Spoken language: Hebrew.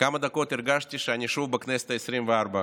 לכמה דקות הרגשתי שאני שוב בכנסת העשרים-וארבע